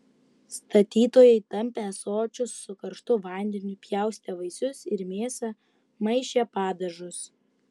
statytojai tampė ąsočius su karštu vandeniu pjaustė vaisius ir mėsą maišė padažus